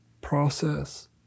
process